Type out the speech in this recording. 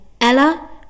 Ella